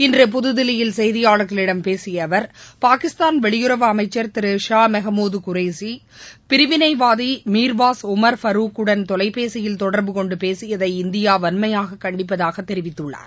இன்று புதுதில்லியில் செய்தியாளர்களிடம் பேசிய அவர் பாகிஸ்தான் வெளியுறவு அமைச்சர் திரு ஷா மெகமூத் குரேசி பிரிவினைவாதி மிர்வாஷ் உமர் ஃபரூக்குடன் தொலைபேசியில் தொடர்பு கொண்டு பேசியதை இந்தியா வன்மையாக கண்டிப்பதாக தெரிவித்துள்ளார்